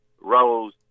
Rose